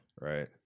Right